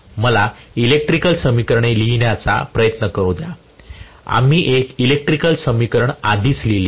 मला इलेक्ट्रिकल समीकरणे लिहिण्याचा प्रयत्न करू द्या आम्ही एक इलेक्ट्रिकल समीकरण आधीच लिहिले आहे